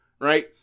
Right